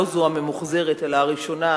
לא זו הממוחזרת אלא הראשונה,